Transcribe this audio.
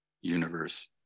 universe